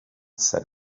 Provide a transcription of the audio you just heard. set